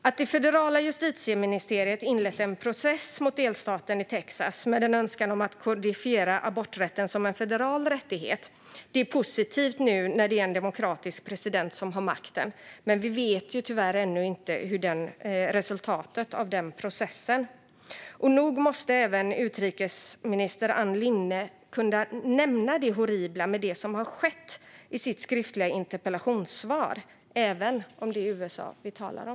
Att det federala justitieministeriet inlett en process mot delstaten i Texas med en önskan om att kodifiera aborträtten som en federal rättighet är positivt, nu när det är en demokratisk president som har makten, men vi vet tyvärr ännu inte resultatet av processen. Och nog måste även utrikesminister Ann Linde kunna nämna det horribla i det som skett i sitt skriftliga interpellationssvar, även om det är USA vi talar om.